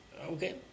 Okay